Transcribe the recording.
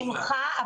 בשמחה.